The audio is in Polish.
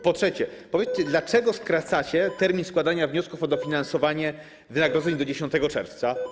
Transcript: Po trzecie, powiedzcie, dlaczego skracacie termin składania wniosków o dofinansowanie wynagrodzeń do 10 czerwca.